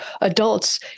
adults